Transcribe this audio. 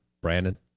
Brandon